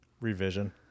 Revision